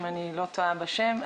אם אני לא טועה בשם,